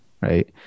Right